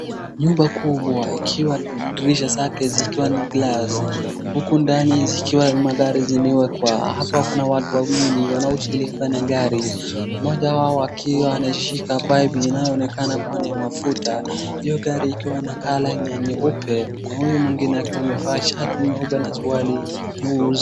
Nyumba kubwa ikiwa dirisha zake zikiwa ni glasi huku ndani zikiwa magari zimewekwa. Hapa kuna watu wawili wanaoshughulika na gari. Mmoja wao akiwa anaishika paipu inayoonekana kuwa ni mafuta. Hiyo gari ikiwa na colour ya nyeupe. Huyu mwingine akiwa amevaa shati nyeupe na suruali nyeusi.